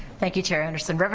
thank you chair anderson.